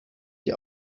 die